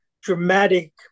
dramatic